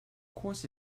course